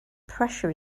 pressure